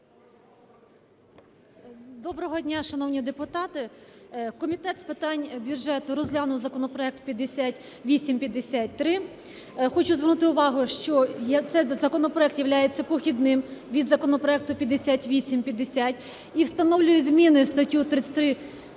Доброго дня, шановні депутати! Комітет з питань бюджету розглянув законопроект 5853. Хочу звернути увагу, що цей законопроект являється похідним від законопроекту 5850 і встановлює зміни в статтю 33